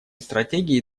стратегии